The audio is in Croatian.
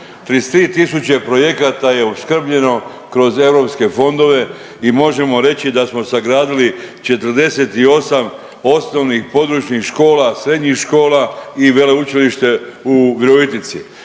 33.000 projekata je opskrbljeno kroz europske fondove i možemo reći da smo sagradili 48 osnovnih područnih škola, srednjih škola i veleučilište u Virovitici.